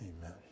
Amen